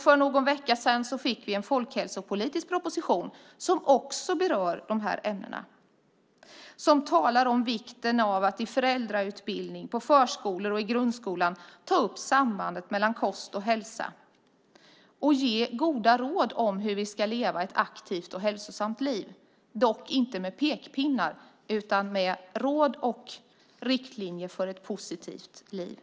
För någon vecka sedan fick vi en folkhälsopolitisk proposition som också berör de här ämnena. Den talar om vikten av att i föräldrautbildning, på förskolan och i grundskolan ta upp sambandet mellan kost och hälsa och ge goda råd om hur vi ska leva ett aktivt och hälsosamt liv, dock inte med pekpinnar utan med råd och riktlinjer för ett positivt liv.